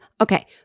Okay